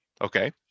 okay